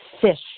fish